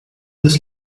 this